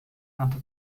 ernte